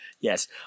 yes